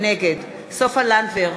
נגד סופה לנדבר,